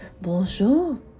Bonjour